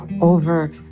over